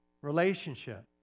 relationship